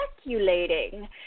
speculating